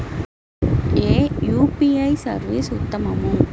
ఏ UPI service ఉత్తమము?